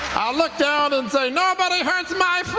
i look down and say nobody hurts my